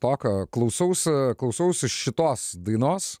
tokio klausausi klausausi šitos dainos